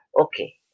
Okay